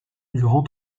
durant